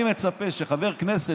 אני מצפה שחבר כנסת,